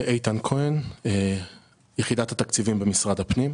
איתן כהן, יחידת התקציבים במשרד הפנים.